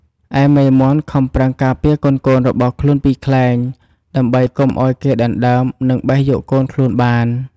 ឯមេមាន់ខំប្រឹងការពារកូនៗរបស់ខ្លួនពីខ្លែង ដើម្បីកុំឱ្យគេដណ្ដើមនិងបេះយកកូនខ្លួនបាន។